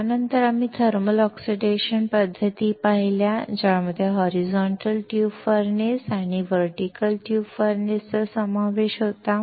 त्यानंतर आम्ही thermal oxidation पद्धती पाहिल्या ज्यामध्ये होरिझोंट्ल ट्यूब फर्नेस आणि उभ्या ट्यूब फर्नेस चा समावेश होता